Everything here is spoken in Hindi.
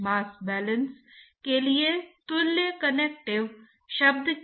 और टर्बूलेंट प्रवाह के लिए 10 पावर 5 से कम कुछ भी यह लैमिनार है